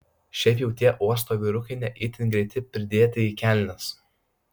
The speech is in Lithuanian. šiaip jau tie uosto vyrukai ne itin greiti pridėti į kelnes